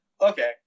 okay